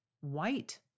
white